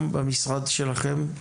במשרד שלכם?